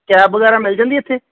cab ਵਗੈਰਾ ਮਿਲ ਜਾਂਦੀ ਇੱਥੇ